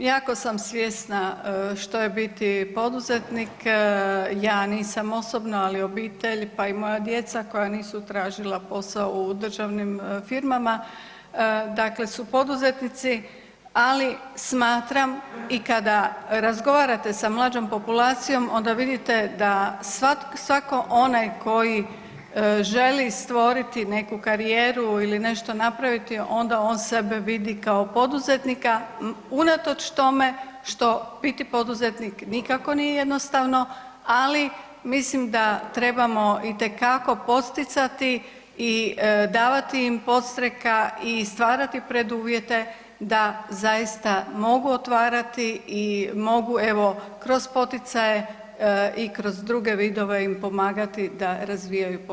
Da, jako sam svjesna što je biti poduzetnik, ja nisam osobno, ali obitelj, pa i moja djeca koja nisu tražila posao u državnim firmama, dakle su poduzetnici, ali smatram i kada razgovarate sa mlađom populacijom onda vidite da svako onaj koji želi stvoriti neku karijeru ili nešto napraviti onda on sebe vidi kao poduzetnika unatoč tome što biti poduzetnik nikako nije jednostavno, ali mislim da trebamo itekako posticati i davati im podstreka i stvarati preduvjete da zaista mogu otvarati i mogu evo kroz poticaje i kroz druge vidove im pomagati da razvijaju poduzetništvo.